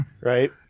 right